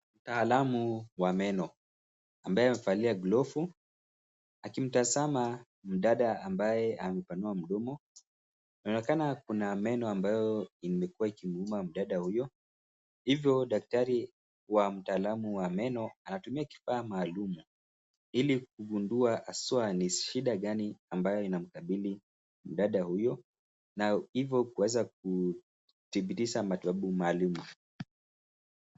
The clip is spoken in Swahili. Mtaalamu wa meno, ambaye amevalia glovu, akimtazama mdada ambaye amepanua mdomo. Inaonekana kuna meno ambayo imekuwa ikimuuma mdada huyo, hivo daktari wa mtaalamu wa meno anatumia kifaa maalum ili kugundua haswa ni shida gani ambayo inayomkabili mdada huyo na hivo kuweza kudhibitisha matibabu maalum.